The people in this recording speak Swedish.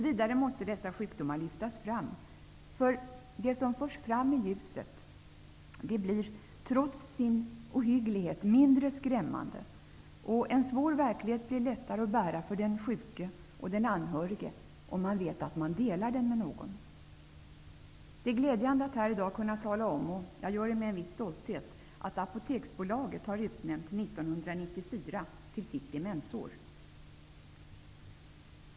Vidare måste dessa sjukdomar lyftas fram, för det som förs fram i ljuset blir trots sin ohygglighet mindre skrämmande, och en svår verklighet blir lättare att bära för den sjuke och den anhörige, om man vet att man delar den med någon. Det är glädjande att här i dag kunna tala om, och jag gör det med en viss stolthet, att Apoteksbolaget har utnämnt 1994 till sitt demensår.